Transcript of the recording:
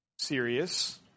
serious